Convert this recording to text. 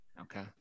okay